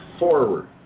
Forward